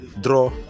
draw